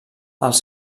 els